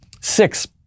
Six